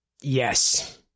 yes